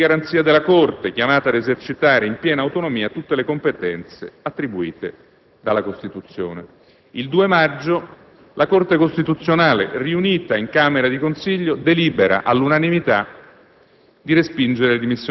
dell'alta funzione di garanzia della Corte, chiamata ad esercitare in piena autonomia tutte le competenze attribuitele dalla Costituzione». Il 2 maggio, la Corte costituzionale, riunita in camera di consiglio, delibera, all'unanimità,